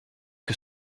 que